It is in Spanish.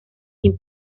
sin